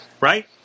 right